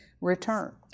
return